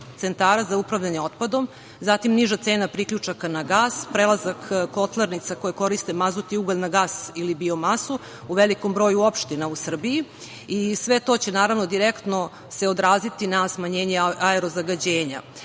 centara za upravljanje otpadom, zatim niža cena priključaka na gas, prelazak kotlarnica koje koriste mazut i ugalj na gas ili bio masu u velikom broju opština u Srbiji i sve to će naravno direktno se odraziti na smanjenje aero zagađenja. Ovo